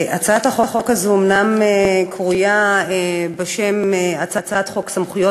הצעת החוק הזאת אומנם קרויה הצעת חוק סמכויות